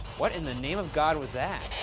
what in the name of god was that?